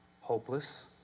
hopeless